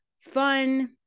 fun